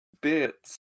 Bits